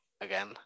again